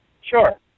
Sure